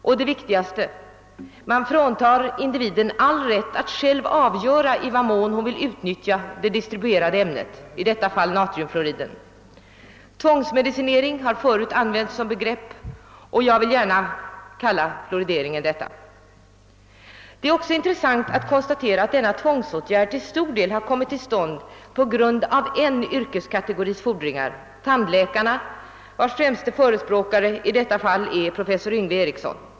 Och det viktigaste är att man fråntar individen all rätt att själv avgöra i vad mån han eller hon vill utnyttja det distribuerade ämnet, i detta fall natriumfluorid. Tvångsmedicinering är ett ord som har använts, och jag kan inte underlåta att kalla fluorideringen så. Det är också intressant att konstatera att denna tvångsåtgärd till stor del har tillgripits på grund av en yrkeskategoris fordringar — tandläkarna — vars ivrigaste förespråkare i detta fall är professor Yngve Eriksson.